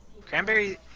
Cranberry